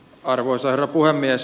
arvoisa herra puhemies